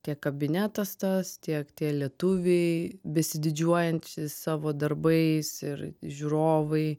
tiek kabinetas tas tiek tie lietuviai besididžiuojantys savo darbais ir žiūrovai